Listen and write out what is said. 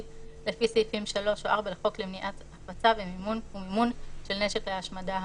לפי סעיפים 3 או 4 לחוק למניעת הפצה ומימון של נשק להשמדה המונית,